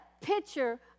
picture